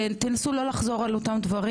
תנסו לא לחזור על אותם דברים.